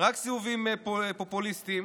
רק סיבובים פופוליסטיים,